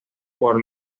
por